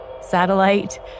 satellite